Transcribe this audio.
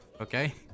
okay